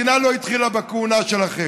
המדינה לא התחילה בכהונה שלכם.